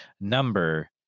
number